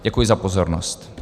Děkuji za pozornost.